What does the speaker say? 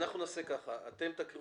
הערה